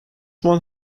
one